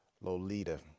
lolita